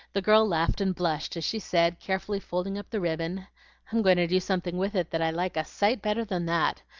the girl laughed and blushed as she said, carefully folding up the ribbon i'm going to do something with it that i like a sight better than that.